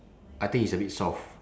I think it's a bit soft